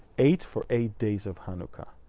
eight, for eight days of hanukkah.